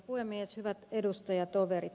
hyvät edustajatoverit